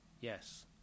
Yes